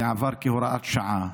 זה עבר כהוראת שעה,